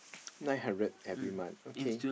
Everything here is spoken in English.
nine hundred every month okay